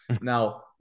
Now